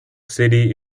city